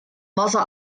wasser